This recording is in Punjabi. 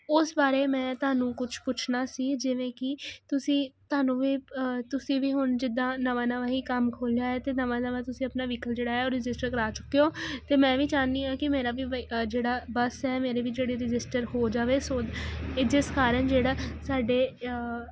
ਅਤੇ ਉਸ ਬਾਰੇ ਮੈਂ ਤੁਹਾਨੂੰ ਕੁਛ ਪੁੱਛਣਾ ਸੀ ਜਿਵੇਂ ਕਿ ਤੁਸੀਂ ਤੁਹਾਨੂੰ ਵੀ ਤੁਸੀਂ ਵੀ ਹੁਣ ਜਿੱਦਾਂ ਨਵਾਂ ਨਵਾਂ ਹੀ ਕੰਮ ਖੋਲਿਆ ਹੈ ਅਤੇ ਨਵਾਂ ਨਵਾਂ ਤੁਸੀਂ ਆਪਣਾ ਵਹੀਕਲ ਜਿਹੜਾ ਏ ਉਹ ਰਜਿਸਟਰ ਕਰਾ ਚੁੱਕੇ ਹੋ ਅਤੇ ਮੈਂ ਵੀ ਚਾਹੁੰਦੀ ਹਾਂ ਕਿ ਮੇਰਾ ਵੀ ਜਿਹੜਾ ਬੱਸ ਹੈ ਮੇਰੀ ਵੀ ਜਿਹੜੀ ਰਜਿਸਟਰ ਹੋ ਜਾਵੇ ਸੋ ਜਿਸ ਕਾਰਨ ਜਿਹੜਾ ਸਾਡੇ